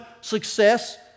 success